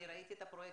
אני ראיתי את הפרויקט,